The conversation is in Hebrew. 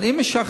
אבל אם משחררים,